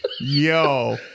yo